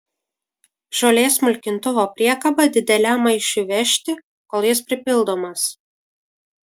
žolės smulkintuvo priekaba dideliam maišui vežti kol jis pripildomas